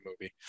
movie